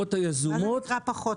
בביקורות היזומות --- מה זה נקרא פחות?